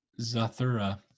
Zathura